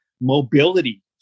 mobility